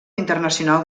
internacional